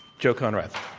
joe konrath.